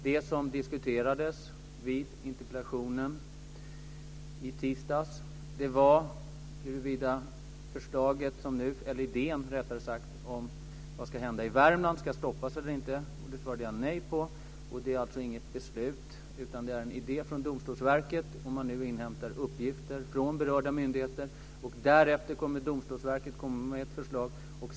Det som diskuterades i interpellationsdebatten i tisdags var om den idé om vad som ska hända i Värmland ska stoppas eller inte. Det svarade jag nej på. Det är alltså inget beslut, utan en idé från Domstolsverket. Man inhämtar nu uppgifter från berörda myndigheter. Därefter kommer Domstolsverket med ett förslag.